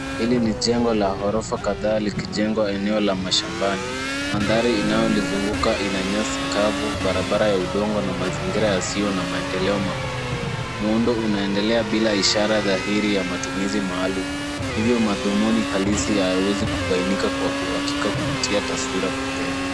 Hili ni jengo la ghorofa kadhaa likijengwa eneo la mashambani. Mandhari inayolizunguka ina nyasi kavu, barabara ya udongo na mazingira yasiyo na maendeleo makubwa. Muundo unaendelea bila ishara dhahiri ya matumizi maalum. Hivyo madhumuni halisi hayawezi kubainika kwa uhakika kupitia taswira pekee.